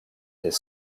his